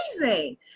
amazing